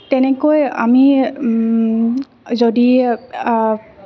তেনেকৈ আমি যদি